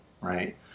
right